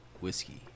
whiskey